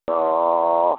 तो